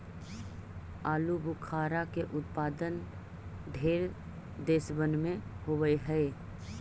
आलूबुखारा के उत्पादन ढेर देशबन में होब हई